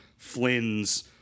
Flynn's